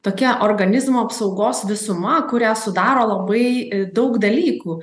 tokia organizmo apsaugos visuma kurią sudaro labai daug dalykų